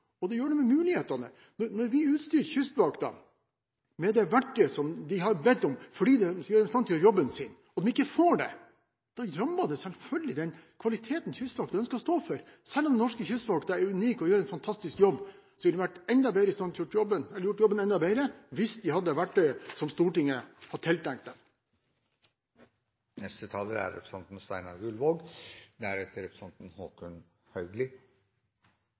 Og det gjør noe med mulighetene. For når vi utstyrer Kystvakten med det verktøyet som de har bedt om, fordi det skal gjøre dem i stand til å gjøre jobben sin, og de ikke får det, rammer det selvfølgelig den kvaliteten Kystvakten ønsker å stå for. Selv om den norske Kystvakten er unik og gjør en fantastisk jobb, ville de ha gjort jobben enda bedre hvis de hadde hatt det verktøyet som Stortinget har tiltenkt dem.